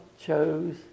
chose